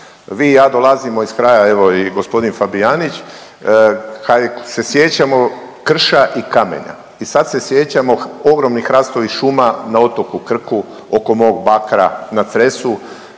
Vi i ja dolazimo iz kraja evo i gospodin Fabijanić, kad se sjećamo krša i kamenja i sad se sjećamo ogromnih hrastovih šuma na otoku Krku oko mog Bakra, na Cresu,